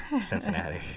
cincinnati